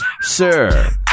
Sir